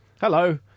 Hello